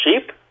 sheep